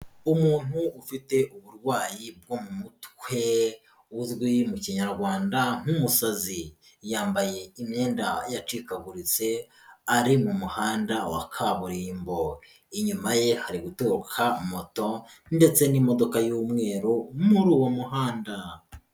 Umuntu ufite uburwayi bwo mu mutwe uzwi mu kinyarwanda nk'umusazi, yambaye imyenda yacikaguritse ari mu muhanda wa kaburimbo, inyuma ye ari gutoroka moto ndetse n'imodoka y'umweru muri uwo muhanda.